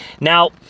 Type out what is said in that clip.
Now